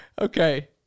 okay